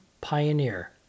Pioneer